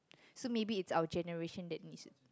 so maybe it's our generation that needs